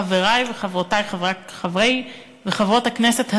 חברי וחברותי חברי וחברות הכנסת השורדים,